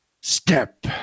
Step